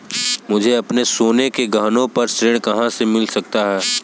मुझे अपने सोने के गहनों पर ऋण कहाँ से मिल सकता है?